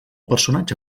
personatge